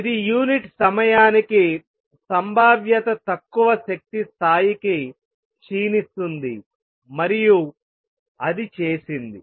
ఇది యూనిట్ సమయానికి సంభావ్యత తక్కువ శక్తి స్థాయికి క్షీణిస్తుంది మరియు అది చేసింది